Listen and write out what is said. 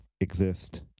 exist